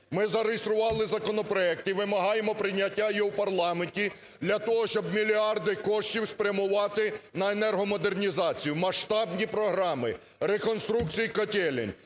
Ми зареєстрували законопроект і вимагаємо прийняття його в парламенті, для того щоб мільярди коштів спрямувати на енергомодернізацію, масштабні програми: реконструкції котелень,